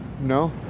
No